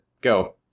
go